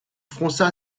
fronça